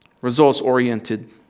Results-oriented